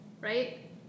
right